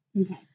Okay